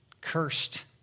Cursed